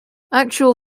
actual